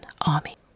army